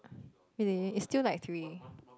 really is still like three